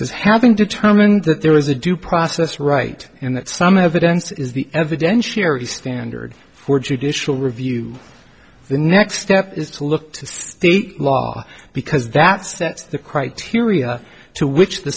says having determined that there is a due process right and that some evidence is the evidentiary standard for judicial review the next step is to look to state law because that sets the criteria to which the